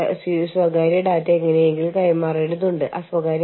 ബഹുരാഷ്ട്ര വിലപേശലിനുള്ള തടസ്സങ്ങൾ